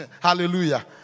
hallelujah